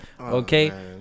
Okay